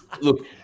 look